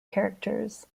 characters